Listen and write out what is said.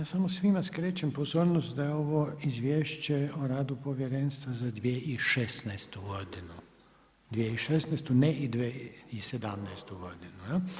Ja samo svima skrećem pozornost da je ovo Izvješće o radu Povjerenstva za 2016. godinu, 2016., ne 2017. godinu.